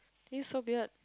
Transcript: this is so weird